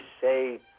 say